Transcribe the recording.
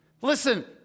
Listen